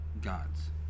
gods